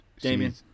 Damien